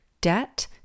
debt